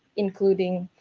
including